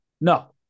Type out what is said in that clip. No